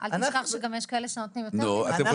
--- אל תשכח שגם יש כאלה שנותנים יותר --- בעקבות